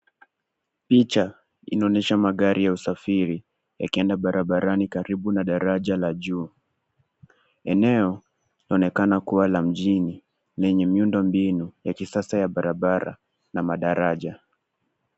Picha, inaonyesha magari ya usafiri ikienda barabarani karibu na daraja la juu eneo linaonekana kuwa la mjini lenye miundo mbinu ya kisasa ya barabara na madaraja.